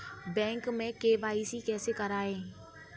Bank में KYC कैसे करायें?